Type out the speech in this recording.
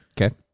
Okay